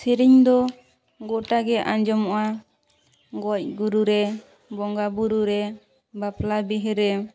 ᱥᱮᱨᱮᱧ ᱫᱚ ᱜᱚᱴᱟ ᱜᱮ ᱟᱸᱡᱚᱢᱚᱜᱼᱟ ᱜᱚᱡᱽ ᱜᱩᱨᱩ ᱨᱮ ᱵᱚᱸᱜᱟ ᱵᱳᱨᱳ ᱨᱮ ᱵᱟᱯᱞᱟ ᱵᱤᱦᱟᱹ ᱨᱮ